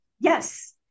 Yes